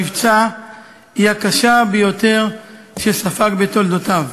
במבצע היא הקשה ביותר שספג בתולדותיו.